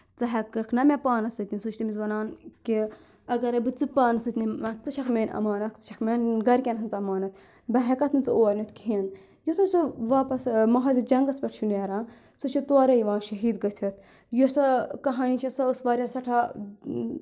ژٕ ہیٚککھ نہ مےٚ پانَس سۭتۍ نِتھ سُہ چھِ تٔمِس وَنان کہِ اگرے بہٕ ژٕ پانَس سۭتۍ نمتھ ژٕ چھَکھ میٲنۍ اَمانَتھ ژٕ چھَکھ میانہِ گَرِکؠن ہٕنٛز امانتھ بہٕ ہیٚکَتھ نہٕ ژٕ اور نِتھ کِہیٖنۍ یُتھُے سُہ واپَس مہازِ جنٛگَس پؠٹھ چھُ نیران سُہ چھِ تورَے یِوان شہیٖد گٔژھِتھ یُس کہانی چھِ سۄ ٲس واریاہ سؠٹھاہ